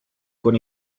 con